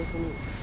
mmhmm